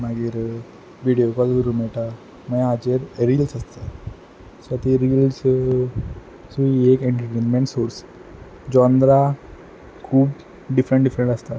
मागीर video call करूंक मेयटा मागीर हाजेर रिल्स आसतात सो ती रिल्स सो ही एक एनटरटेनमेंट सोर्स जोन्द्रा खूब डिफरंट डिफरंट आसता